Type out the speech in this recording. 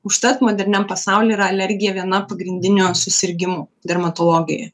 užtat moderniam pasauly yra alergija viena pagrindinių susirgimų dermatologijoj